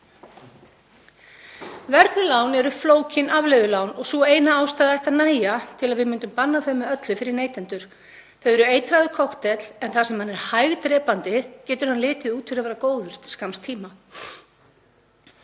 lán eru flókin afleiðulán og sú eina ástæða ætti að nægja til að við bönnuðum þau með öllu fyrir neytendur. Þau eru eitraður kokteill en þar sem hann er hægdrepandi getur hann litið út fyrir að vera góður til skamms tíma.